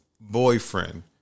Boyfriend